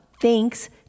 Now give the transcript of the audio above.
Thanks